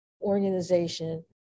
organization